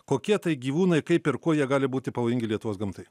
kokie tai gyvūnai kaip ir kuo jie gali būti pavojingi lietuvos gamtai